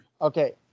okay